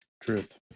truth